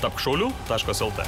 tapk šauliu taškas lt